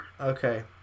Okay